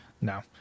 No